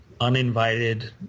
uninvited